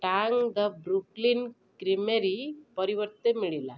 Tang the Brooklyn creamery ପରିବର୍ତ୍ତେ ମିଳିଲା